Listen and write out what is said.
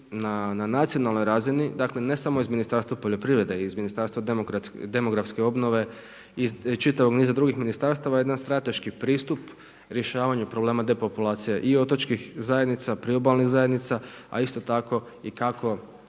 na nacionalnoj razini, dakle, ne samo iz Ministarstva poljoprivrede, i iz Ministarstva demografske obnove, iz čitavog niza drugih ministarstva je jedan strateški pristup rješavanju problemu depopulacije i otočkih zajednica, priobalnih zajednica, a isto tako kako